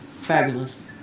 Fabulous